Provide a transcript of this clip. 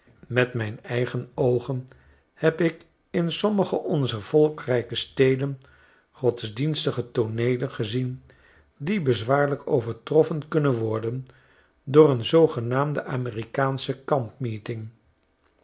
met mijn eigen oogen heb ik in sommige onzer volkrijke steden godsdienstige tooneelengezien die bezwaarlijk overtroffen kunnen worden door een zoogenaamde amerikaansche